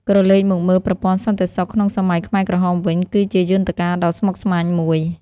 ក្រឡេកមកមើល ប្រព័ន្ធសន្តិសុខក្នុងសម័យខ្មែរក្រហមវិញ គឺជាយន្តការដ៏ស្មុគស្មាញមួយ។